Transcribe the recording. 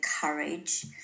courage